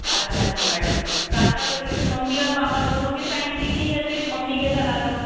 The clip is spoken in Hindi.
अच्छा अच्छा मैडम प्रार्थना पत्र पे मम्मी और पापा दोनों के साइन चाहिए या सिर्फ मम्मी के करा लाऊँ